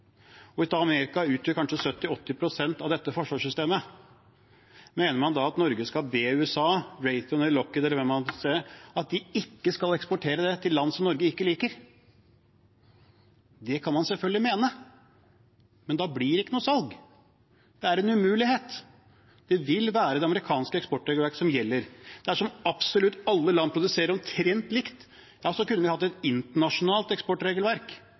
Amerika utgjør kanskje 70-80 pst. av dette forsvarssystemet, mener man da at Norge skal be USA – Raytheon eller Lockheed eller hvem det skulle være – om at de ikke skal eksportere det til land som Norge ikke liker? Det kan man selvfølgelig mene, men da blir det ikke noe salg. Det er en umulighet. Det vil være det amerikanske eksportregelverket som gjelder. Dersom absolutt alle land produserer omtrent likt, kunne vi hatt et internasjonalt eksportregelverk.